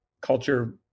culture